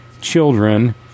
children